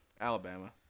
Alabama